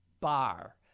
bar